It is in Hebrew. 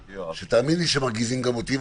שתאמין לי שמרגיזים גם אותי.